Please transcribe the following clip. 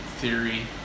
theory